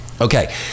Okay